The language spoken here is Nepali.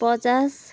पचास